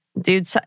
dude